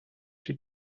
she